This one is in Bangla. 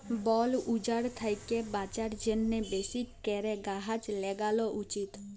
বল উজাড় থ্যাকে বাঁচার জ্যনহে বেশি ক্যরে গাহাচ ল্যাগালো উচিত